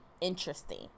interesting